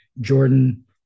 Jordan